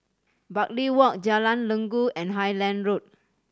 Bartley Walk Jalan Inggu and Highland Road